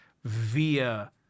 via